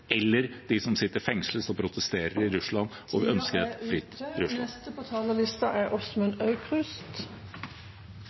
eller dem som sitter fengslet og protesterer i Russland og ønsker et fritt Russland. Mye i Europa er